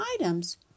items